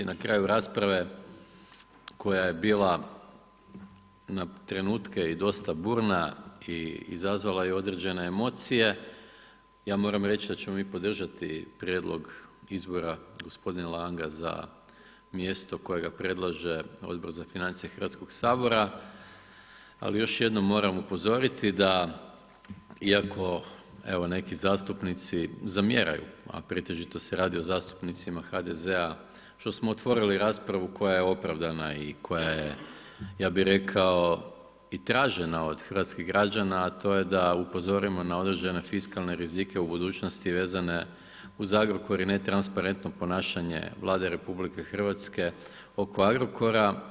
Na kraju rasprave koja je bila na trenutke i dosta burna i izazvala je određene emocije, ja moram reći da ćemo mi podržati prijedlog izbora gospodina Langa za mjesto koje ga predlaže Odbor za financije Hrvatskog sabora, ali još jednom moram upozoriti da iako evo, neki zastupnici zamjeraju, a pretežito se radi o zastupnicima HDZ-a što smo otvorili raspravu koja je opravdana i koja je, ja bih rekao, i tražena od hrvatskih građana, a to je da upozorimo na određene fiskalne rizike u budućnosti vezane uz Agrokor i netransparentno ponašanje Vlade RH oko Agrokora.